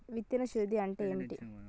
విత్తన శుద్ధి అంటే ఏంటి?